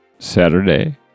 Saturday